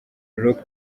luke